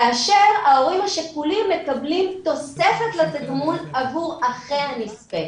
כאשר ההורים השכולים מקבלים תוספת לתגמול עבור אחיי הנספה,